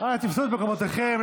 תפסו את מקומותיכם.